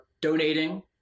donating